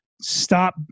stop